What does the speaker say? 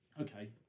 Okay